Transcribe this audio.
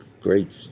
great